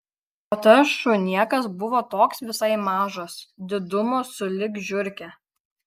o tas šunėkas buvo toks visai mažas didumo sulig žiurke